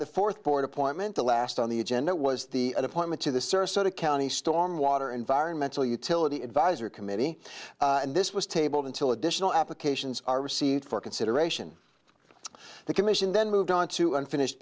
the fourth board appointment the last on the agenda was the appointment to the service at a county stormwater environmental utility advisory committee and this was tabled until additional applications are received for consideration the commission then moved on to unfinished